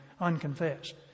unconfessed